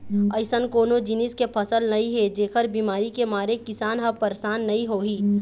अइसन कोनो जिनिस के फसल नइ हे जेखर बिमारी के मारे किसान ह परसान नइ होही